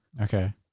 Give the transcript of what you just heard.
Okay